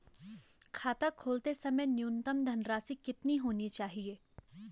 खाता खोलते समय न्यूनतम धनराशि कितनी होनी चाहिए?